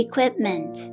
Equipment